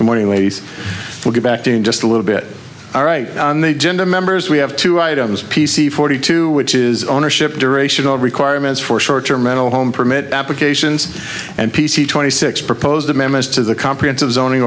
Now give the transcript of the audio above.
for morning ways we'll get back to you just a little bit all right on the agenda members we have two items p c forty two which is ownership durational requirements for short term mental home permit applications and p c twenty six proposed amendments to the comprehensive zoning